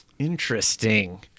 Interesting